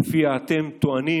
שלפיה אתם טוענים: